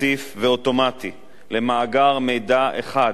רציף ואוטומטי למאגר מידע אחד,